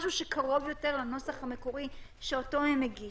משהו שקרוב יותר לנוסח המקורי שהגישו.